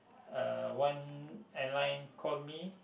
uh one airline call me